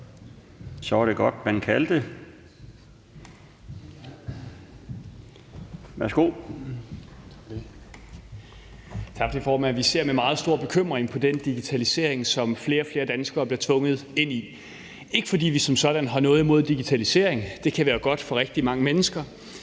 (Ordfører) Peter Kofod (DF): Tak for det, formand. Vi ser med meget stor bekymring på den digitalisering, som flere og flere danskere bliver tvunget ind i. Det gør vi ikke, fordi vi som sådan har noget imod digitalisering. Det kan være godt for rigtig mange mennesker,